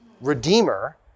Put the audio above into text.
redeemer